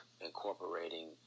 incorporating